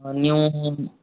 ನೀವು